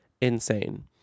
Insane